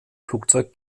flugzeug